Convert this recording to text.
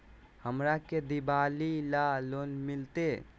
हमरा के दिवाली ला लोन मिलते?